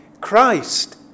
Christ